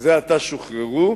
שזה עתה שוחררו,